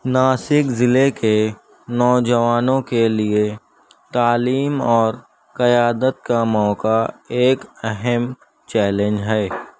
ناسک ضلعے کے نوجوانوں کے لیے تعلیم اور قیادت کا موقع ایک اہم چیلنج ہے